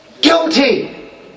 Guilty